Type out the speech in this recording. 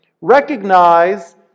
Recognize